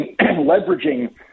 leveraging